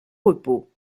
repos